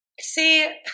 See